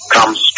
Comes